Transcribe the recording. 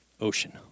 Ocean